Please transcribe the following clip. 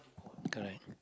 correct